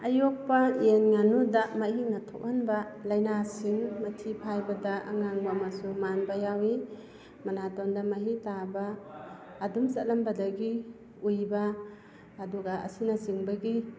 ꯑꯌꯣꯛꯄ ꯌꯦꯟ ꯉꯥꯅꯨꯗ ꯃꯍꯤꯛꯅ ꯊꯣꯛꯍꯟꯕ ꯂꯩꯅꯥꯁꯤꯡ ꯃꯊꯤ ꯐꯥꯏꯕꯗ ꯑꯉꯥꯡꯕ ꯃꯆꯨ ꯃꯥꯟꯕ ꯌꯥꯎꯏ ꯃꯅꯥꯇꯣꯟꯗ ꯃꯍꯤ ꯇꯥꯕ ꯑꯗꯨꯝ ꯆꯠꯂꯝꯕꯗꯒꯤ ꯎꯏꯕ ꯑꯗꯨꯒ ꯑꯁꯤꯅꯆꯤꯡꯕꯒꯤ